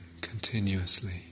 continuously